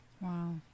Wow